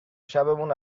شبمون